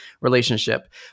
relationship